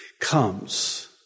comes